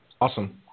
Awesome